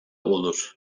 olur